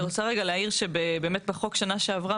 אני רוצה להעיר שבאמת בחוק בשנה שעברה